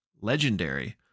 Legendary